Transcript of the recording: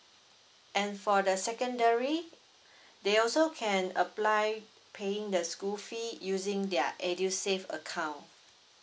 and for the secondary they also can apply paying their school fee using their edusave account